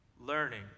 Learning